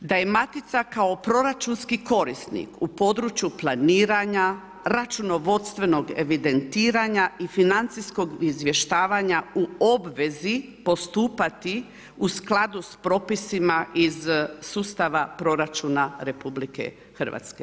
Da je Matica kao proračunski korisnik u području planiranja računovodstvenog evidentiranja i financijskog izvještavanja u obvezi postupati u skladu s propisima iz sustava proračuna RH.